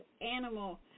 animal